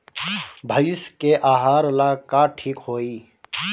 भइस के आहार ला का ठिक होई?